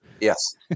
Yes